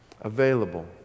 available